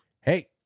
Hey